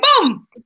boom